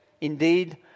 Indeed